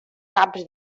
caps